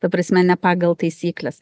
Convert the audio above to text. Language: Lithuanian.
ta prasme ne pagal taisykles